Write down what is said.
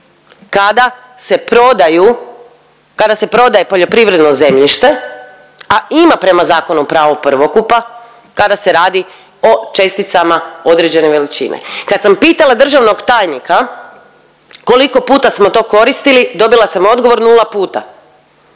kada se prodaje poljoprivredno zemljište, a ima prema Zakonu o pravu prvokupa kada se radi o česticama određene veličine? Kad sam pitala državnog tajnika koliko puta smo to koristili, dobila sam odgovor nula puta,